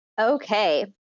Okay